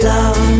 Love